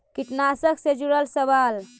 कीटनाशक से जुड़ल सवाल?